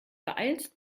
beeilst